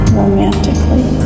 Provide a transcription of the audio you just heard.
romantically